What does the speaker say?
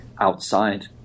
outside